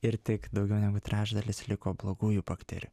ir tik daugiau negu trečdalis liko blogųjų bakterijų